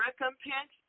recompense